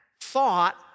thought